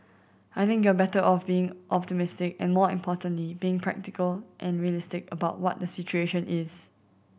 I think you're better off being optimistic and more importantly being practical and realistic about what the situation is